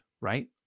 right